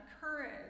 courage